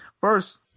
first